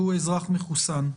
והוא אזרח מחוסן,